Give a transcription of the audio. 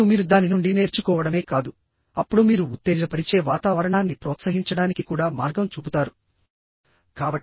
మరియు మీరు దాని నుండి నేర్చుకోవడమే కాదు అప్పుడు మీరు ఉత్తేజపరిచే వాతావరణాన్ని ప్రోత్సహించడానికి కూడా మార్గం చూపుతారు